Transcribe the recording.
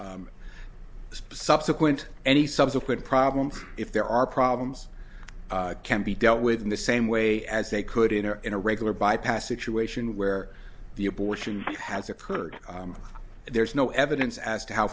subsequent any subsequent problems if there are problems can be dealt with in the same way as they could in or in a regular bypass issue ation where the abortion has occurred there's no evidence as to how